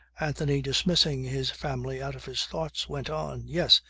anthony dismissing his family out of his thoughts went on yes.